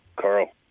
Carl